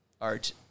art